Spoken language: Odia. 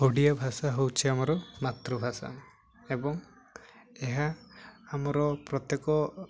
ଓଡ଼ିଆ ଭାଷା ହେଉଛି ଆମର ମାତୃଭାଷା ଏବଂ ଏହା ଆମର ପ୍ରତ୍ୟେକ